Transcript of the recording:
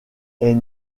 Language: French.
est